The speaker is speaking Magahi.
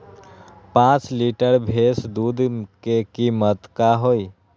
पाँच लीटर भेस दूध के कीमत का होई?